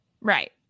Right